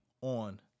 on